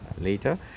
later